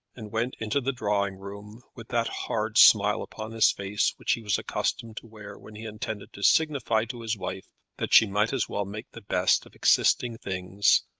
and went into the drawing-room with that hard smile upon his face, which he was accustomed to wear when he intended to signify to his wife that she might as well make the best of existing things,